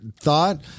thought